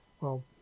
Well